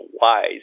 wise